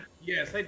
Yes